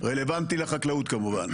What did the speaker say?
רלוונטי לחקלאות כמובן.